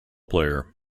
player